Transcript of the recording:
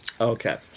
okay